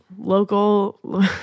Local